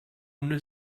una